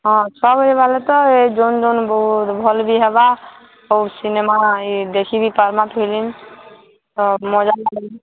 ହଁ ଛଅ ବଜେ ବାହାର୍ଲେ ତ ଇ ଯାଉନ୍ ଯାଉନ୍ ବହୁତ୍ ଭଲ୍ ବି ହେବା ସିନେମା ବି ଦେଖି ବି ପାର୍ମା ଫିଲ୍ମ ମଜା